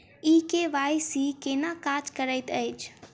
ई KYC केना काज करैत अछि?